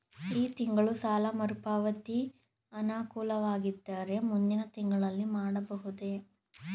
ಈ ತಿಂಗಳು ಸಾಲ ಮರುಪಾವತಿ ಅನಾನುಕೂಲವಾಗಿದ್ದರೆ ಮುಂದಿನ ತಿಂಗಳಲ್ಲಿ ಮಾಡಬಹುದೇ?